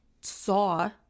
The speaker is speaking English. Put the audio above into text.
saw